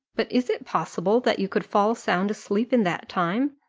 but is it possible that you could fall sound asleep in that time?